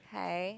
hi